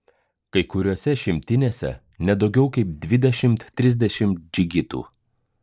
kai kuriose šimtinėse ne daugiau kaip dvidešimt trisdešimt džigitų